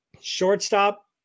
Shortstop